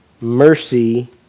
mercy